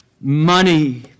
money